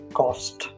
cost